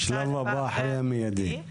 השלב הבא אחרי המיידי.